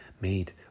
made